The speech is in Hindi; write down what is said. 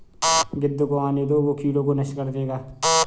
गिद्ध को आने दो, वो कीड़ों को नष्ट कर देगा